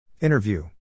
Interview